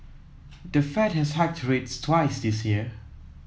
the Fed has hiked rates twice this year